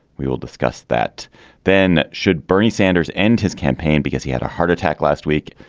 we will discuss that then should bernie sanders end his campaign because he had a heart attack last week.